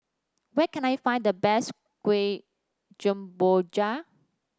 where can I find the best kueh Gemboja